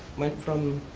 went from,